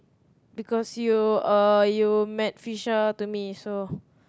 because you uh you met Phisha to me so